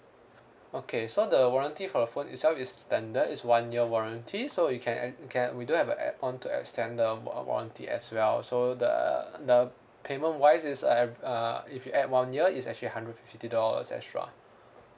okay so the warranty for the phone itself is standard it's one year warranty so you can can we do have a add on to extend the war~ warranty as well so the uh the payment wise is uh uh if you add one year is actually hundred fifty dollars extra